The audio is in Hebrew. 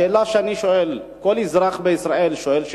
השאלה שאני שואל, וכל אזרח בישראל שואל,